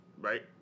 right